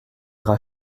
ira